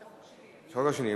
מביא את החוק השני, החוק השני.